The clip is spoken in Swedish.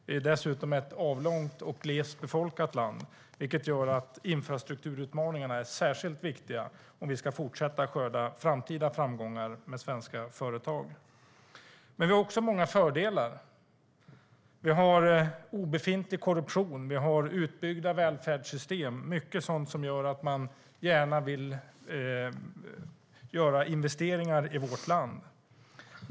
Vi är dessutom ett avlångt och glest befolkat land, vilket gör att infrastrukturutmaningarna är särskilt viktiga om vi ska fortsätta att skörda framgångar med svenska företag. Vi har också många fördelar. Vi har obefintlig korruption och utbyggda välfärdssystem - ja, mycket sådant som gör att man gärna vill göra investeringar i vårt land.